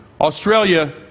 Australia